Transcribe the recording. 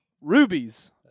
rubies